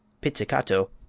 pizzicato